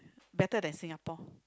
better than Singapore